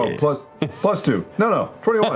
um plus plus two, no, twenty one.